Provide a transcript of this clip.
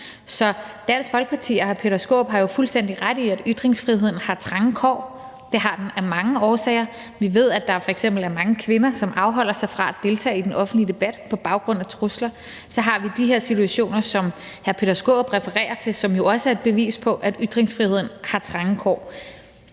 Så Dansk Folkeparti og hr. Peter Skaarup har jo fuldstændig ret i, at ytringsfriheden har trange kår, og det har den af mange årsager. Vi ved, at der f.eks. er mange kvinder, som afholder sig fra at deltage i den offentlige debat på baggrund af trusler, og så har vi de her situationer, som hr. Peter Skaarup refererer til, som jo også er et bevis på, at ytringsfriheden har trange kår.